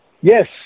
yes